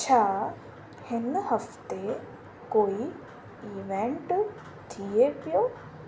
छा हिन हफ़्ते कोई इवेंट थिए पियो